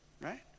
right